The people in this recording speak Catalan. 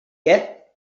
què